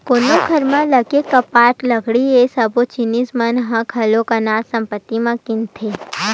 कोनो घर म लगे कपाट, खिड़की ये सब्बो जिनिस मन ह घलो अचल संपत्ति म गिनाथे